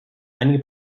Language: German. einige